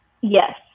Yes